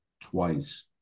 twice